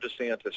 DeSantis